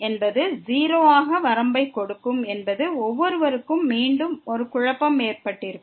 அது 0 ஆக வரம்பை கொடுக்கும் என்பது ஒவ்வொருவருக்கும் மீண்டும் ஒரு குழப்பத்தை ஏற்படுத்தியிருக்கும்